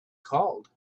called